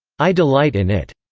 i delight in it.